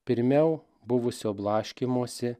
pirmiau buvusio blaškymosi